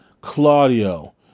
Claudio